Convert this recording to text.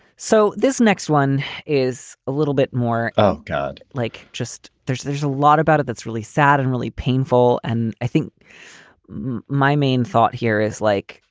so this next one is a little bit more. oh, god. like just there's there's a lot about it that's really sad and really painful. and i think my main thought here is like,